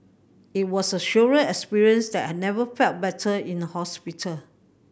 it was a surreal experience that I never felt better in a hospital